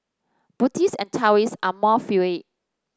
Buddhists and Taoists are more fluid